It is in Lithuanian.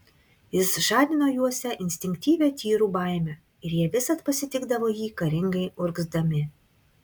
jis žadino juose instinktyvią tyrų baimę ir jie visad pasitikdavo jį karingai urgzdami